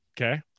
Okay